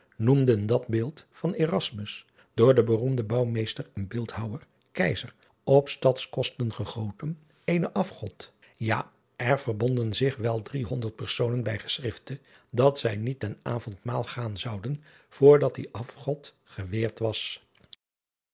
noemden dat beeld van door den beroemden ouwmeester en eeldhouwer op tads kosten gegoten eenen afgod ja er verbonden zich wel driehonderd personen bij geschrifte dat zij niet ten avondmaal gaan zouden voor dat die afgod geweerd was